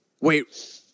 wait